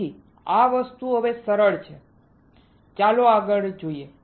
તેથી આ વસ્તુ હવે સરળ છે ચાલો આગળ જોઈએ